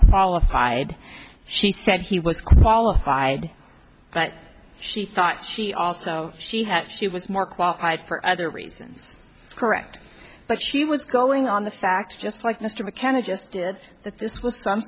qualified she said he was qualified but she thought she also she had she was more qualified for other reasons correct but she was going on the facts just like mr mckenna just did that this was some